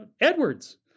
Edwards